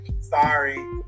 Sorry